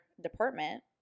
department